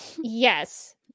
Yes